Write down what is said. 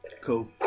Cool